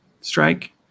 strike